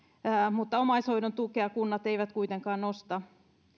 mutta omaishoidon tukea kunnat eivät kuitenkaan nosta